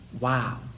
Wow